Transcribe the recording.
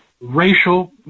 racial